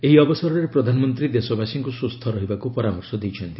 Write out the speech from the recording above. ଏହି ଅବସରରେ ପ୍ରଧାନମନ୍ତ୍ରୀ ଦେଶବାସୀଙ୍କୁ ସୁସ୍ଥ ରହିବାକୁ ପରାମର୍ଶ ଦେଇଛନ୍ତି